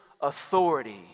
authority